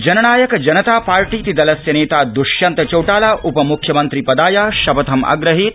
जननायक जनता पार्टीति दलस्य द्ष्यन्त चौटाला उपम्ख्यमन्त्रि पदाय शपथमग्रहीत्